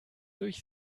durch